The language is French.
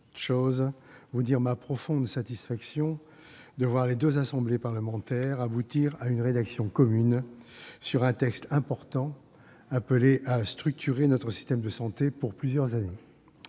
souhaite vous dire ma profonde satisfaction de voir les deux assemblées parlementaires aboutir à une rédaction commune sur un texte important, appelé à structurer notre système de santé pour plusieurs années.